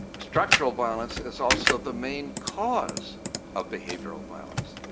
structural violence is also the main cause of behavioral violence.